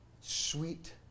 sweet